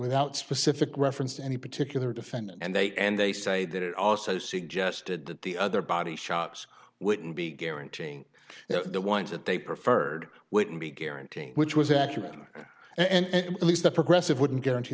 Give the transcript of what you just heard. without specific reference to any particular defendant and they and they say that it also suggested that the other body shops wouldn't be guaranteeing the ones that they preferred wouldn't be guaranteed which was accurate and at least a progressive wouldn't guarantee